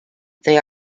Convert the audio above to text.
they